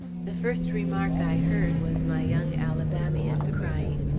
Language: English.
the first remark i heard was my young alabamian crying,